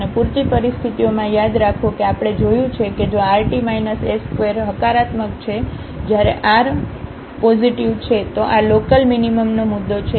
અને પૂરતી પરિસ્થિતિઓમાં યાદ રાખો કે આપણે જોયું છે કે જો rt s2 હકારાત્મક છે જ્યારે r પોઝિટિવ છે તો આ લોકલમીનીમમનો મુદ્દો છે